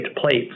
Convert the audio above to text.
plates